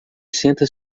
senta